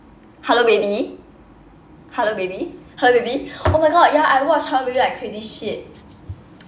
hello baby hello baby hello baby oh my god ya I watched hello baby like crazy shit